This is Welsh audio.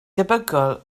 debygol